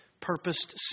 purposed